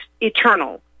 eternal